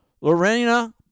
Lorena